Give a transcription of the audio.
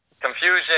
confusion